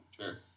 Sure